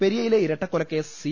പെരിയയിലെ ഇരട്ടക്കൊലക്കേസ് സി